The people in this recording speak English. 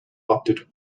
opted